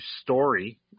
story